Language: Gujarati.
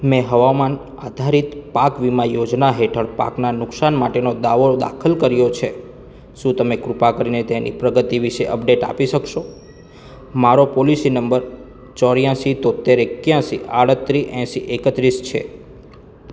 મેં હવામાન આધારિત પાક વીમા યોજના હેઠળ પાકના નુકસાન માટેનો દાવો દાખલ કર્યો છે શું તમે કૃપા કરીને તેની પ્રગતિ વિશે અપડેટ આપી શકશો મારો પોલિસી નંબર ચોર્યાશી તોંતેર એક્યાશી આડત્રીસ એંસી એકત્રીસ છે